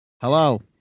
Hello